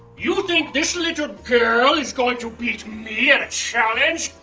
you think this little girl is going to beat me at a challenge?